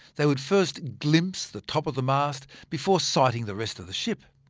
they would first glimpse the top of the mast, before sighting the rest of the ship.